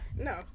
no